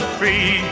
free